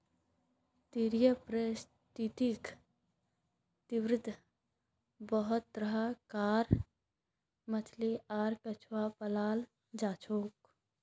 तटीय परिस्थितिक तंत्रत बहुत तरह कार मछली आर कछुआ पाल जाछेक